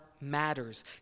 matters